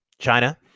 China